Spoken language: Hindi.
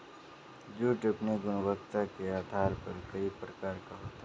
जूट अपनी गुणवत्ता के आधार पर कई प्रकार का होता है